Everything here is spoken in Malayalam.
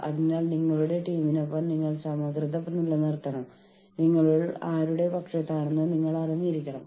അല്ലെങ്കിൽ നമ്മളുടെ തൊഴിലാളികൾ നമ്മൾ പറയുന്നത് അത്രമാത്രം ശ്രദ്ധിക്കുന്നില്ല എന്ന് നമ്മൾക്ക് തോന്നുമ്പോൾ